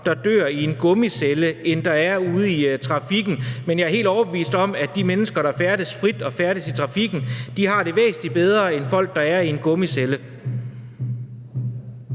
der dør i en gummicelle end ude i trafikken, men jeg er helt overbevist om, at de mennesker, der færdes frit og færdes i trafikken, har det væsentlig bedre end folk, der er i en gummicelle.